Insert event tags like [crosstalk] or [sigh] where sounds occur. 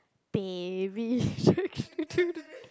baby [laughs] shark do do do